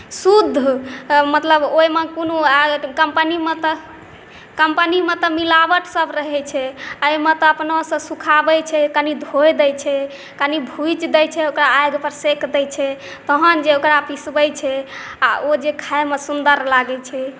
शुद्ध मतलब ओहिमे कोनो कम्पनीमे तऽ मिलावटसभ रहैत छै एहिमे तऽ अपनासँ सुखाबैत छै कनि धोए दैत छै कनि भूजि दैत छै ओकरा आगिपर सेक दैत छै तहन जे ओकरा पिसबैत छै आ ओ जे खाइमे सुन्दर लागैत छै